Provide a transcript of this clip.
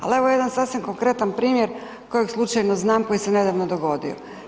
Ali evo jedan sasvim konkretan primjer kojeg slučajno znam koji se nedavno dogodio.